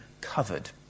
covered